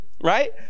right